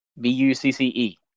B-U-C-C-E